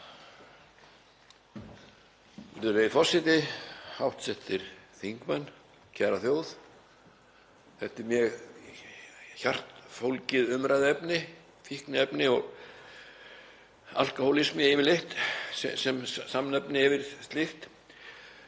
Þetta er mér hjartfólgið umræðuefni; fíkniefni og alkóhólismi yfirleitt sem samnefni yfir slíkt.